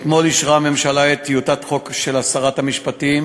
אתמול אישרה הממשלה את טיוטת החוק של שרת המשפטים,